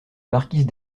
marquise